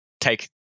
take